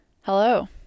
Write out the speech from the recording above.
hello